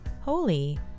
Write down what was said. holy